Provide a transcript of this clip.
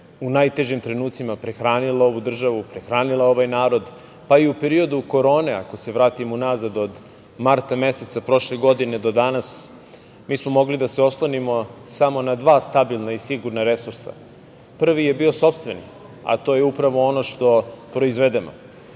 u najtežim trenucima prehranila ovu državu, prehranila ovaj narod, pa i u periodu korone, ako se vratimo unazad, od marta meseca prošle godine do danas mi smo mogli da se oslonimo samo na dva stabilna i sigurna resursa. Prvi je bio sopstveni, a to je upravo ono što proizvedemo,